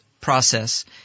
process